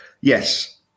Yes